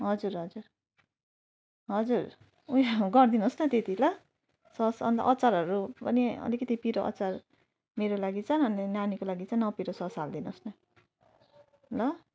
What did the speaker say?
हजुर हजुर हजुर उयो गरिदिनुहोस् न त्यति ल सस अन्त अचारहरू पनि अलिकति पिरो अचार मेरोलागि चाहिँ अनि नानीको लागि चाहिँ नपिरो सस हालिदिनुहोस् न ल